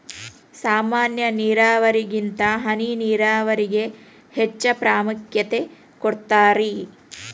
ಸಾಮಾನ್ಯ ನೇರಾವರಿಗಿಂತ ಹನಿ ನೇರಾವರಿಗೆ ಹೆಚ್ಚ ಪ್ರಾಮುಖ್ಯತೆ ಕೊಡ್ತಾರಿ